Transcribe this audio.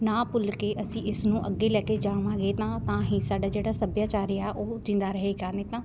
ਨਾ ਭੁੱਲ ਕੇ ਅਸੀਂ ਇਸ ਨੂੰ ਅੱਗੇ ਲੈ ਕੇ ਜਾਵਾਂਗੇ ਤਾ ਤਾਂ ਹੀ ਸਾਡਾ ਜਿਹੜਾ ਸੱਭਿਆਚਾਰ ਹੈ ਆ ਉਹ ਜਿੰਦਾ ਰਹੇਗਾ ਨਹੀਂ ਤਾਂ